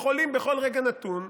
ויכולים בכל רגע נתון,